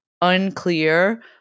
unclear